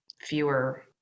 fewer